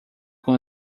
com